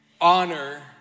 honor